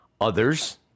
others